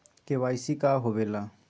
KYC का होवेला?